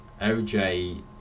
oj